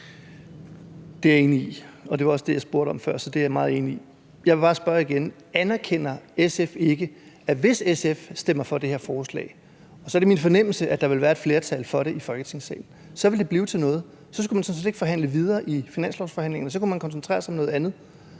Det er jeg enig i. Det var også det, jeg spurgte om før, så det er jeg meget enig i. Jeg vil bare spørge igen: Anerkender SF ikke, at hvis SF stemmer for det her forslag – og så er det min fornemmelse, at der vil være et flertal for det i Folketingssalen – så vil det blive til noget? Så skulle man sådan set ikke forhandle videre i finanslovsforhandlingerne; så kunne man koncentrere sig om noget andet.